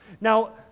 Now